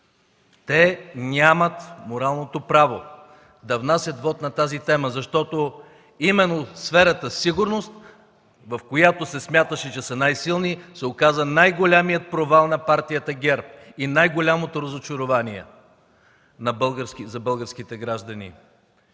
Те нямат моралното право да внасят вот на тази тема, защото именно сферата сигурност, в която се смяташе, че са най-силни, се оказа най-големият провал на партията ГЕРБ и най-голямото разочарование за българските граждани.